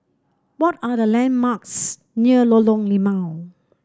what are the landmarks near Lorong Limau